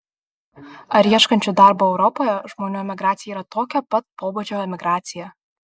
ar ieškančių darbo europoje žmonių emigracija yra tokio pat pobūdžio emigracija